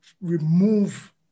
remove